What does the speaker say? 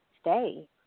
stay